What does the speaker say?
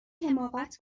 حماقت